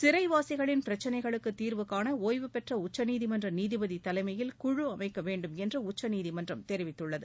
சிறைவாசிகளின் பிரச்சினைகளுக்கு தீர்வு காண ஒய்வுபெற்ற உச்சநீதிமன்ற நீதிபதி தலைமையில் குழு அமைக்க வேண்டும் என்று உச்சநீதிமன்றம் தெரிவித்துள்ளது